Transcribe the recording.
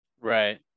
Right